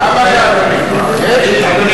מה הבעיה, אדוני?